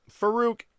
Farouk